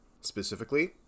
specifically